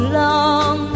long